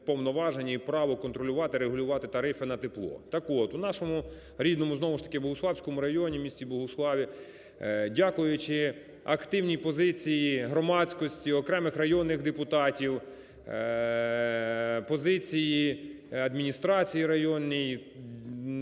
повноваження і право контролювати, регулювати тарифи на тепло. Так от, у нашому рідному знову ж таки Богуславському районі, місті Богуславі, дякуючи активній позиції громадськості, окремих районних депутатів, позиції адміністрації районної,